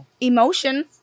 emotion